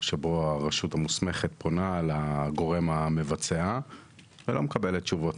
שבו הרשות המוסמכת פונה לגורם המבצע ולא מקבלת תשובות.